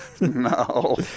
No